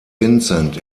vincent